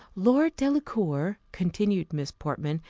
lord delacour, continued miss portman,